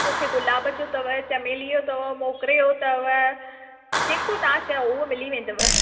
मूंखे गुलाब जो अथव चमेली जो मोगरे जो अथव जेको तव्हां चओ उहो मिली वेंदुव